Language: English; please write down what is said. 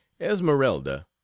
esmeralda